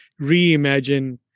reimagine